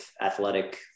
athletic